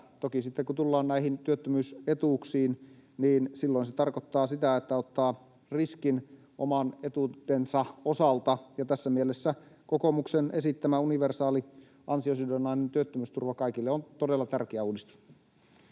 Toki sitten kun tullaan näihin työttömyysetuuksiin, niin silloinhan se tarkoittaa sitä, että ottaa riskin oman etuutensa osalta, ja tässä mielessä kokoomuksen esittämä universaali ansiosidonnainen työttömyysturva kaikille on todella tärkeä uudistus.